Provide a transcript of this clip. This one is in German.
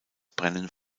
brennen